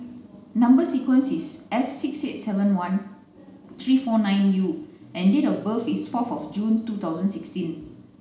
number sequence is S six eight seven one three four nine U and date of birth is forth of June two thousand sixteen